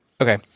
Okay